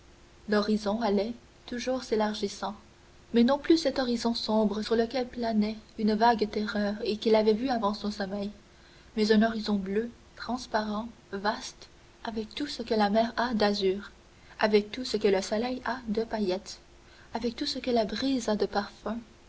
l'horizon allait toujours s'élargissant mais non plus cet horizon sombre sur lequel planait une vague terreur et qu'il avait vu avant son sommeil mais un horizon bleu transparent vaste avec tout ce que la mer a d'azur avec tout ce que le soleil a de paillettes avec tout ce que la brise a de parfums